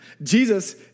Jesus